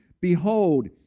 behold